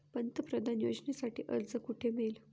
पंतप्रधान योजनेसाठी अर्ज कुठे मिळेल?